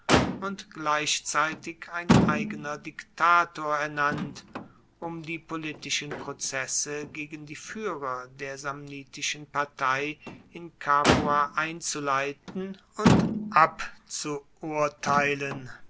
und gleichzeitig ein eigener diktator ernannt um die politischen prozesse gegen die fuehrer der samnitischen partei in capua einzuleiten und